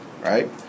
right